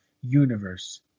universe